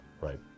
right